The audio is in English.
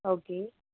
okay